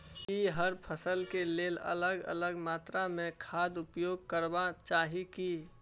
की हर फसल के लेल अलग अलग मात्रा मे खाद उपयोग करबाक चाही की?